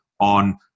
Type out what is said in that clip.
on